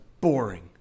boring